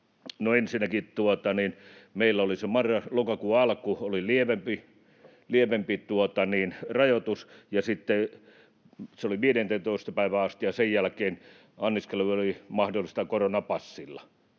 ensinnäkin meillä oli marras—lokakuun alussa lievempi rajoitus, se oli 15. päivään asti, ja sen jälkeen anniskelu oli mahdollista koronapassilla.